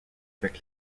avec